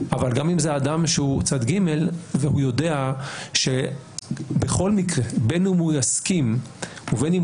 והוא יודע שבין אם הוא יסכים ובין אם